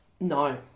No